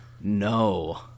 No